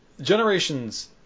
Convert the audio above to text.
Generations